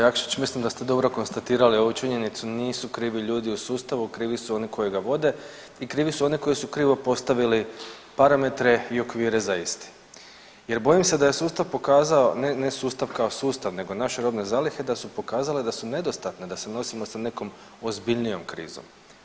Poštovani kolega Jakšić, mislim da ste dobro konstatirali ovu činjenicu, nisu krivi ljudi u sustavu, krivi su oni koji ga vode i krivi su oni koji su krivo postavili parametre i okvire za iste jer bojim se da je sustav pokazao, ne sustav kao sustav nego naše robne zalihe, da su pokazale da su nedostatne da se nosimo sa nekom ozbiljnijom krizom.